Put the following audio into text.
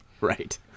Right